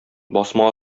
басма